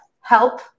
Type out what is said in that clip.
help